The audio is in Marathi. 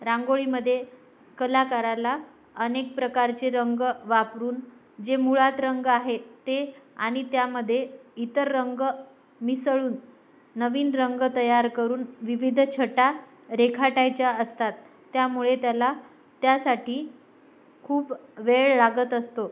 रांगोळीमध्ये कलाकाराला अनेक प्रकारचे रंग वापरून जे मुळात रंग आहे ते आणि त्यामध्ये इतर रंग मिसळून नवीन रंग तयार करून विविध छटा रेखाटायच्या असतात त्यामुळे त्याला त्यासाठी खूप वेळ लागत असतो